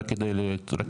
רק כדי להבין,